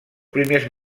primer